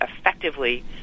effectively